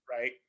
right